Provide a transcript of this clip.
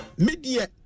Media